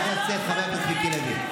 חבר הכנסת לוי,